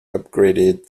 upgraded